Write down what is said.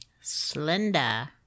Slender